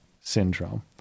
syndrome